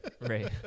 Right